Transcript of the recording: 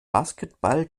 basketball